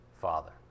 Father